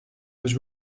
was